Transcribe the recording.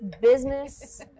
business